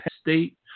State